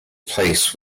place